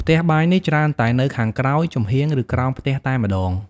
ផ្ទះបាយនេះច្រើនតែនៅខាងក្រោយ ចំហៀង ឬក្រោមផ្ទះតែម្ដង។